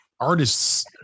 artists